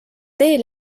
teel